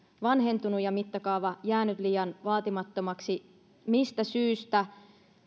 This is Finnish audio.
vanhentunut ja mittakaava jäänyt liian vaatimattomaksi mistä syystä